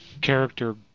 character